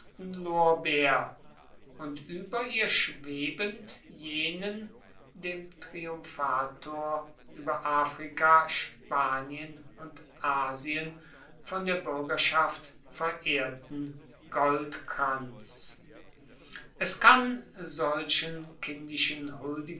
und über ihr schwebend jenen dem triumphator über afrika spanien und asien von der bürgerschaft verehrten goldkranz es kann solchen kindischen